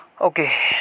okay